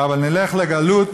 אבל נלך לגלות,